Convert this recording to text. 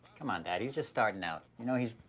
come on, dad. he's just starting out. you know he's,